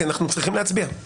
כי אנחנו צריכים להצביע.